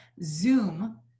Zoom